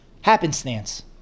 Happenstance